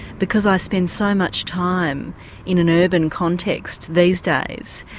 because i spend so much time in an urban context these days.